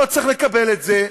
לא צריך לקבל את זה.